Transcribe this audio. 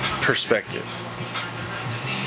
perspective